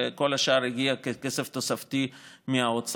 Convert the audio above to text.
וכל השאר הגיע ככסף תוספתי מהאוצר.